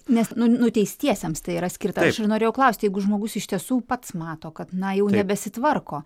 nes nu nuteistiesiems tai yra skirta aš ir norėjau klausti jeigu žmogus iš tiesų pats mato kad na jau nebesitvarko